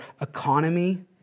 economy